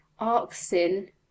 arcsin